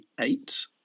eight